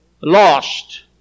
lost